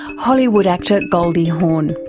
hollywood actor goldie hawn.